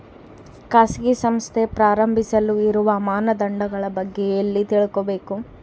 ಖಾಸಗಿ ಸಂಸ್ಥೆ ಪ್ರಾರಂಭಿಸಲು ಇರುವ ಮಾನದಂಡಗಳ ಬಗ್ಗೆ ಎಲ್ಲಿ ತಿಳ್ಕೊಬೇಕು?